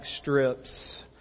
strips